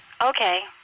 Okay